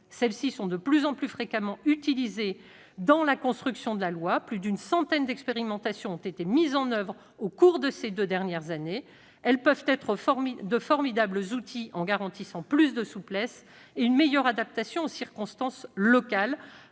qui sont de plus en plus fréquemment utilisées dans la construction de la loi. Plus d'une centaine d'expérimentations ont été mises en oeuvre au cours de ces deux dernières années. Elles peuvent être de formidables outils, en garantissant plus de souplesse et une meilleure adaptation aux circonstances locales,